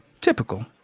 Typical